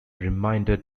reminder